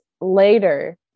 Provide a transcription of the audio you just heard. later